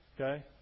Okay